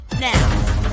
now